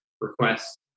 request